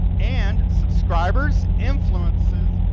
and subscribers, influences,